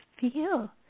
feel